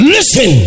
Listen